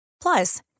Plus